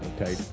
Okay